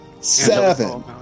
Seven